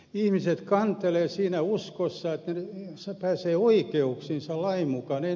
ihmiset kantelevat siinä uskossa että he pääsevät oikeuksiinsa lain mukaan